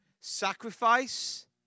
Sacrifice